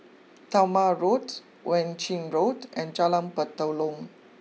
Talma Road Wan Ching Road and Jalan Batalong